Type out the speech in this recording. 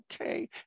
okay